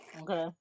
Okay